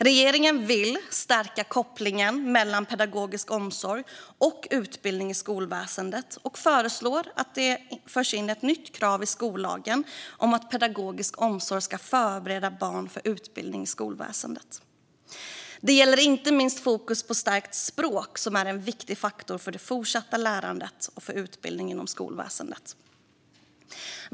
Regeringen vill stärka kopplingen mellan pedagogisk omsorg och utbildning i skolväsendet och föreslår att det förs in ett nytt krav i skollagen om att pedagogisk omsorg ska förbereda barn för utbildning i skolväsendet. Det gäller inte minst fokus på att stärka språket, som är en viktig faktor för det fortsatta lärandet och för utbildning inom skolväsendet.